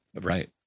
Right